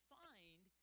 find